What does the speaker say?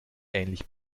ähnlich